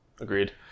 Agreed